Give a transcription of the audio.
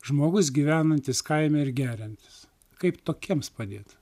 žmogus gyvenantis kaime ir geriantis kaip tokiems padėti